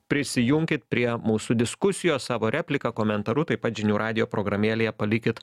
prisijunkit prie mūsų diskusijos savo replika komentaru taip pat žinių radijo programėlėje palikit